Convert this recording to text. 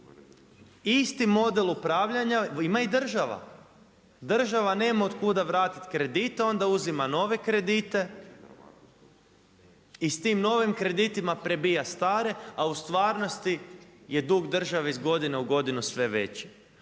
Isti model upravljanja ima i država. Država nema otkuda vratiti kredit, onda uzima nove kredite, i s tim novim kreditima prebija stare a u stvarnosti je dug države iz godine u godinu sve veći.